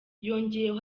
yongeyeho